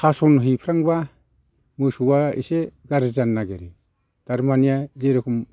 खासन हैफ्रांबा मोसौआ एसे गाज्रि जानो नागिरो थारमाने जेरोखोम